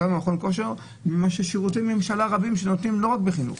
במכון כושר מאשר בשירותי ממשלה רבים שניתנים ולא רק בחינוך.